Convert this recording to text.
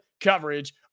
coverage